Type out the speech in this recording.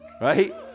right